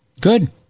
Good